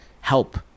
help